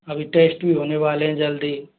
अभी टेस्ट भी होने वाले हैं जल्दी